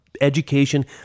education